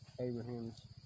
Abraham's